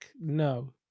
no